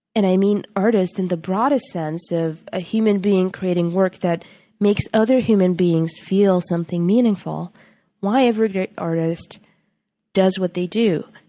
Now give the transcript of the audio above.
and i mean artist in the broadest sense of a human being creating work that makes other human beings feel something meaningful why every great artist does what they do.